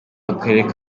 w’akarere